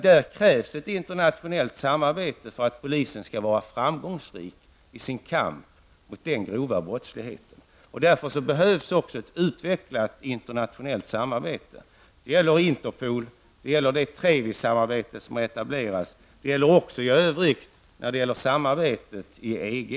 Det krävs ett internationellt samarbete för att polisen skall kunna vara framgångsrik i sin kamp mot den grova brottsligheten. Därför behövs också ett utvecklat internationellt samarbete. Det gäller Interpol, det TREVI-samarbete som har etablerats och samarbetet i EG.